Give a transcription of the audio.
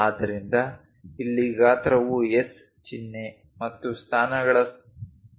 ಆದ್ದರಿಂದ ಇಲ್ಲಿ ಗಾತ್ರವು S ಚಿಹ್ನೆ ಮತ್ತು ಸ್ಥಾನಗಳ ಸ್ಥಳವನ್ನು ಪ್ರತಿನಿಧಿಸುತ್ತದೆ